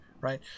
right